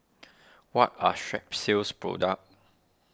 what are Strepsils product